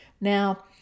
Now